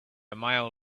mile